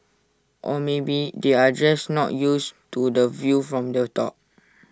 or maybe they are just not used to the view from the top